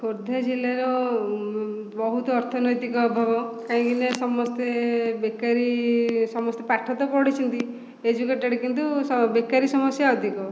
ଖୋର୍ଦ୍ଧା ଜିଲ୍ଲାର ବହୁତ ଅର୍ଥନୈତିକ ଅଭାବ କାହିଁକି ନା ସମସ୍ତେ ବେକାରୀ ସମସ୍ତେ ପାଠ ତ ପଢ଼ିଛନ୍ତି ଏଜୁକେଟେଡ଼ କିନ୍ତୁ ବେକାରୀ ସମସ୍ୟା ଅଧିକ